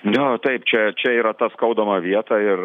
jo taip čia čia yra ta skaudama vieta ir